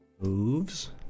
Moves